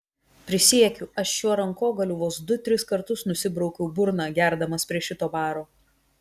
prisiekiu aš šiuo rankogaliu vos du tris kartus nusibraukiau burną gerdamas prie šito baro